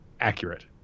accurate